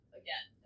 again